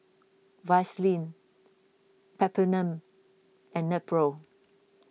Vaselin Peptamen and Nepro